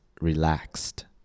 relaxed